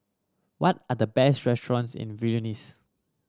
what are the best restaurants in Vilnius